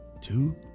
two